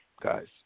guys